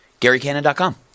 garycannon.com